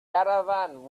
caravan